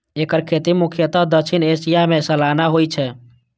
एकर खेती मुख्यतः दक्षिण एशिया मे सालाना होइ छै